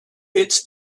its